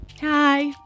Hi